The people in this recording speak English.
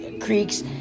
creeks